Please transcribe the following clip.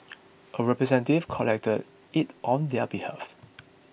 a representative collected it on their behalf